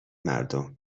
مردم